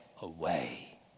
away